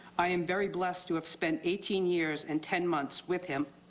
i am very blessed to have spent eighteen years and ten months with him.